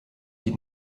die